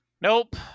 Nope